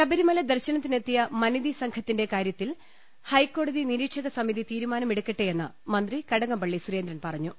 ശബരിമല ദർശനത്തിനെത്തിയ മനിതി സംഘത്തിന്റെ കാര്യത്തിൽ ഹൈക്കോടതി നിരീക്ഷക സമിതി തീരുമാനമെടുക്കട്ടെയെന്ന് മന്ത്രി കട കംപള്ളി സുരേന്ദ്രൻ പറഞ്ഞു